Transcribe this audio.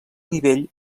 nivell